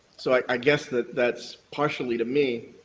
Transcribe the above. so i guess that's partially to me,